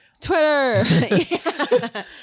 Twitter